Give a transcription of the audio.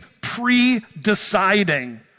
pre-deciding